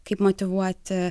kaip motyvuoti